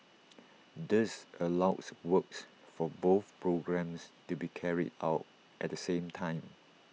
this allows works for both programmes to be carried out at the same time